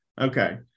Okay